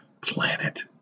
planet